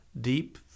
deep